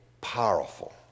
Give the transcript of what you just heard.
powerful